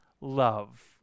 love